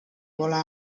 pole